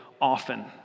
often